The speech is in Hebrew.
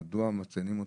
מדוע מציינים אותם,